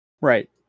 Right